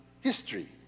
history